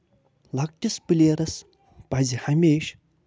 لَکٹِس پِلیرَس پَزِ ہَمیشہٕ